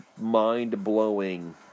mind-blowing